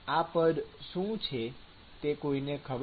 આ પદ શું છે તે કોઈને ખબર